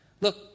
Look